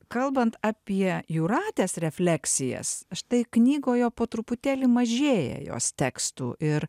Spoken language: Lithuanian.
kalbant apie jūratės refleksijas štai knygoje po truputėlį mažėja jos tekstų ir